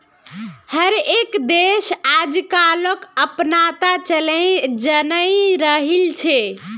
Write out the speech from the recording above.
हर एक देश आजकलक अपनाता चलयें जन्य रहिल छे